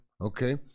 okay